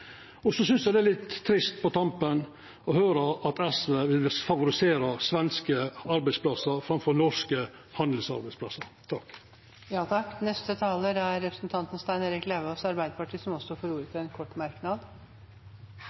synest eg òg det er litt trist å høyra at SV vil favorisera svenske arbeidsplassar framfor norske handelsarbeidsplassar. Representanten Stein Erik Lauvås har hatt ordet to ganger tidligere og får ordet til en kort merknad,